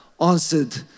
answered